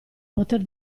poter